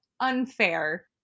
unfair